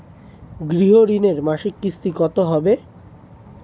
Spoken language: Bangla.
গৃহ ঋণের মাসিক কিস্তি কত হবে?